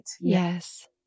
yes